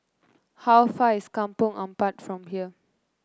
how far is Kampong Ampat from here